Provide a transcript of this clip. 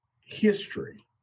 History